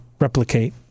replicate